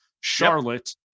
Charlotte